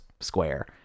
square